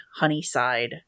Honeyside